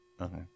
Okay